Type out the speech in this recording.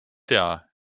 tea